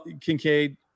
Kincaid